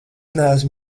neesmu